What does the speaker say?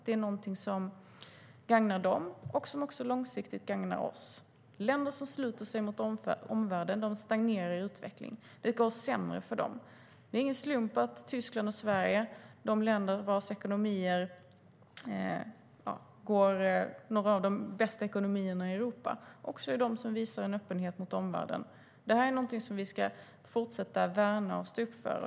Det är något som gagnar dem och något som långsiktigt även gagnar oss. Länder som sluter sig mot omvärlden stagnerar i sin utveckling. Det går sämre för dem. Det är ingen slump att Tyskland och Sverige, som har bland de bästa ekonomierna i Europa, också är de som visar en öppenhet mot omvärlden. Det ska vi fortsätta att värna och stå upp för.